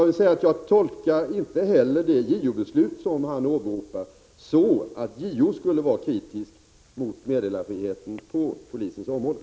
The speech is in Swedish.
Vidare tolkar jag inte det JO-beslut som Nic Grönvall åberopar så, att JO skulle vara kritisk mot meddelarfriheten på polisens område.